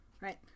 Right